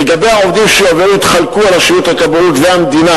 לגבי העובדים שיעברו יתחלקו רשויות הכבאות והמדינה